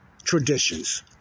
traditions